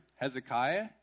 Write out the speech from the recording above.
Hezekiah